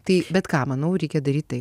tai bet kam manau reikia daryt tai